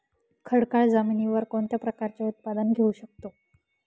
खडकाळ जमिनीवर कोणत्या प्रकारचे उत्पादन घेऊ शकतो?